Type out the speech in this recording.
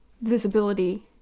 visibility